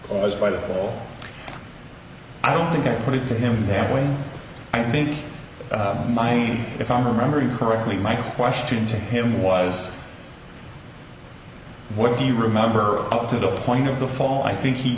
almost by the fall i don't think i put it to him that when i think mine if i'm remembering correctly my question to him was what do you remember up to the point of the fall i think he